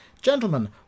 gentlemen